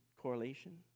correlation